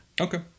Okay